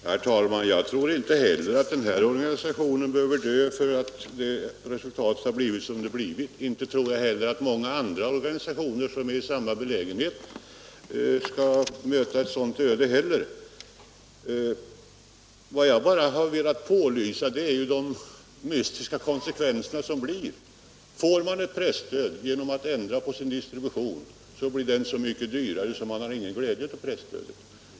Herr talman! Jag tror inte alls att den här organisationen behöver dö = Stöd till dagspresför att resultatet här blivit som det blivit. Inte heller tror jag att de sen m.m. många andra organisationer som befinner sig i samma belägenhet skall behöva möta ett sådant öde. Vad jag velat påvisa är de mystiska konsekvenser som uppstår. Får man ett presstöd genom att ändra distributionen, blir denna så mycket dyrare att man inte har någon glädje av presstödet.